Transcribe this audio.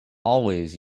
always